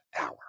hour